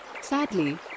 Sadly